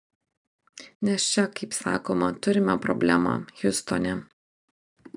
nes čia kaip sakoma turime problemą hiustone